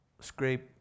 scrape